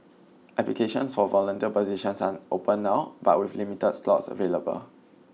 applications for volunteer positions are open now but with limited slots available